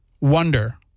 wonder